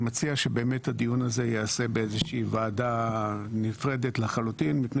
שבאמת הדיון הזה ייעשה באיזושהי ועדה נפרדת לחלוטין מפני